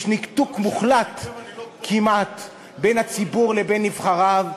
יש ניתוק מוחלט כמעט בין הציבור לבין נבחריו,